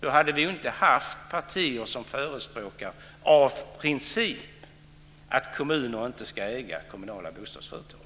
Då hade vi inte haft partier som av princip förespråkar att kommuner inte ska äga kommunala bostadsföretag.